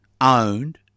owned